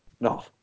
no